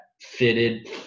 fitted